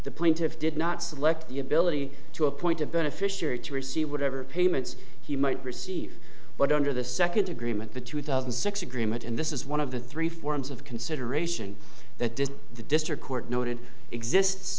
the plaintiffs did not select the ability to appoint a beneficiary to receive whatever payments he might receive but under the second agreement the two thousand and six agreement and this is one of the three forms of consideration that the district court noted exists